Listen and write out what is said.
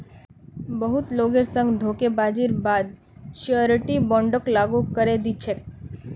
बहुत लोगेर संग धोखेबाजीर बा द श्योरटी बोंडक लागू करे दी छेक